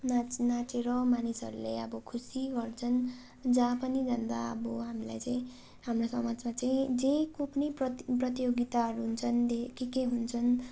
नाच नाचेर मानिसहरूले अब खुसी गर्छन् जहाँ पनि जाँदा अब हामीलाई चाहिँ हाम्रो समाजमा चाहिँ जेको पनि प्रति प्रतियोगिताहरू हुन्छन् धे के के हुन्छन्